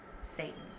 satan